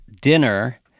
dinner